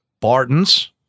Barton's